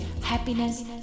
happiness